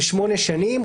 של שמונה שנים,